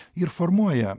ir formuoja